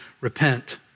repent